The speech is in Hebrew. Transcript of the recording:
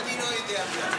חוק עבודת נשים (תיקון מס'